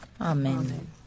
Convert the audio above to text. Amen